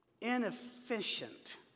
inefficient